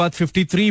53